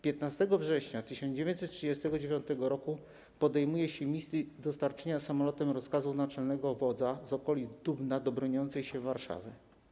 15 września 1939 r. podjął się misji dostarczenia samolotem rozkazów naczelnego wodza z okolic Dubna do broniącej się Warszawy.